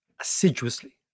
assiduously